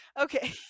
Okay